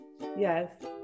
Yes